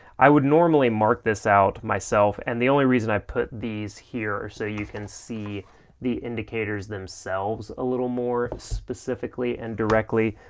i would normally mark this out myself and the only reason i've put these here are so you can see the indicators themselves a little more specifically and directly,